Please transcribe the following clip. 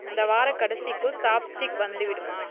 இந்த வாரக் கடைசிக்குள் சாப்ஸ்டிக் வந்துவிடுமா